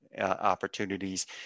opportunities